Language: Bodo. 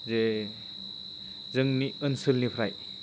जे जोंनि ओनसोलनिफ्राय